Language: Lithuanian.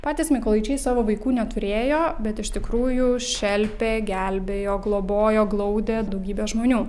patys mykolaičiai savo vaikų neturėjo bet iš tikrųjų šelpė gelbėjo globojo glaudė daugybę žmonių